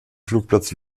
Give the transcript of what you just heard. flugplatz